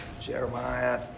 Jeremiah